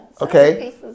okay